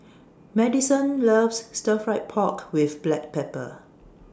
Madyson loves Stir Fried Pork with Black Pepper